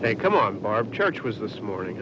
they come on our charge was this morning